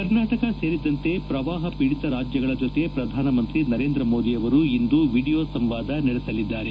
ಕರ್ನಾಟಕ ಸೇರಿದಂತೆ ಪ್ರವಾಹ ಪೀಡಿತ ರಾಜ್ಯಗಳ ಜೊತೆ ಪ್ರಧಾನಮಂತ್ರಿ ನರೇಂದ್ರ ಮೋದಿ ಅವರು ಇಂದು ವೀಡಿಯೊ ಸಂವಾದ ನಡೆಸಲಿದ್ದಾರೆ